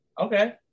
Okay